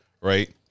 right